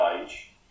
Page